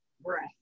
breath